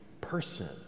person